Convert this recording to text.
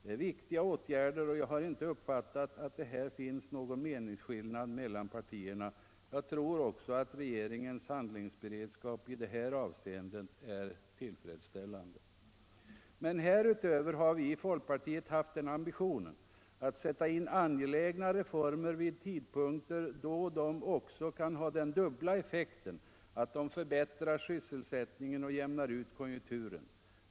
Det är viktiga åtgärder, och jag har inte uppfattat att det här finns någon meningsskillnad mellan partierna. Jag tror också att regeringens handlingsberedskap i det här avseendet är tillfredsställande. Men härutöver har vi i folkpartiet haft den ambitionen att sätta in angelägna reformer vid tidpunkter då de också kan ha den dubbla effekten att de förbättrar sysselsättningen och jämnar ut konjunkturen.